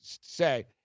say